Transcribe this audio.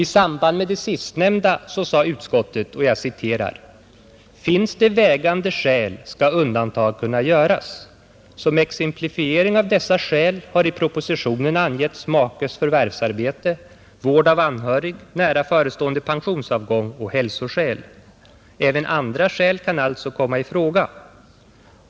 I samband med det sistnämnda anförde utskottet: ”Finns det ”vägande skäl skall undantag kunna göras. Som exemplifiering av dessa skäl har i propositionen angetts makes förvärvsarbete, vård av anhörig, nära förestående pensionsavgång och hälsoskäl. Även andra skäl kan alltså komma i fråga.